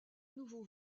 nouveau